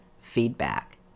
feedback